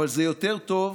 אבל זה יותר טוב